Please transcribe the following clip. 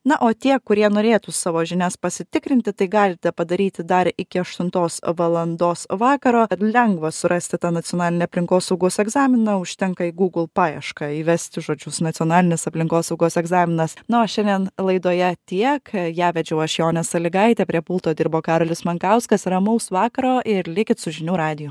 na o tie kurie norėtų savo žinias pasitikrinti tai galite padaryti dar iki aštuntos valandos vakaro lengva surasti tą nacionalinį aplinkosaugos egzaminą užtenka į google paiešką įvesti žodžius nacionalinis aplinkosaugos egzaminas na o šiandien laidoje tiek ją vedžiau aš jonė sąlygaitė prie pulto dirbo karolis mankauskas ramaus vakaro ir likit su žinių radiju